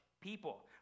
people